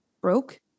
broke